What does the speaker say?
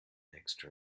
extra